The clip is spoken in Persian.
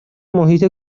محیط